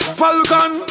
falcon